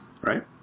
right